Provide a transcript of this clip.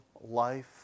life